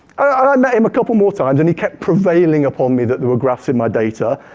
i met him a couple more times, and he kept prevailing upon me that there were graphs in my data,